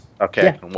Okay